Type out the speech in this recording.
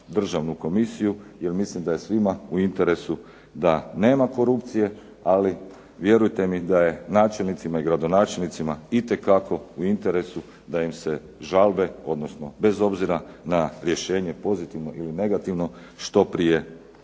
Državnu komisiju, jer mislim da je svima u interesu da nema korupcije ali vjerujte mi da je načelnicima i gradonačelnicima itekako u interesu da im se žalbe odnosno bez obzira na rješenje pozitivno ili negativno što prije